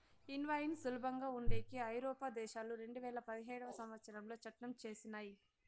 invoice సులభంగా ఉండేకి ఐరోపా దేశాలు రెండువేల పదిహేడవ సంవచ్చరంలో చట్టం చేసినయ్